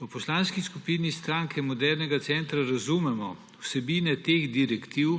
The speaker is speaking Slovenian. V Poslanski skupini Stranke modernega centra razumemo vsebine teh direktiv